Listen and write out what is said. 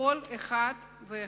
כל אחד ואחד,